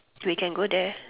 we can go there